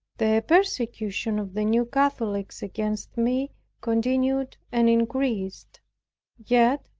the persecution of the new catholics against me continued and increased yet,